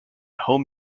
home